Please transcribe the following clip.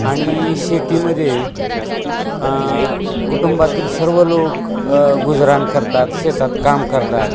आणि शेतीमध्ये कुटुंबातील सर्व लोक गुजरण करतात शेतात काम करतात